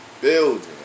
building